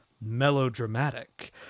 melodramatic